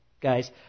guys